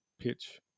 pitch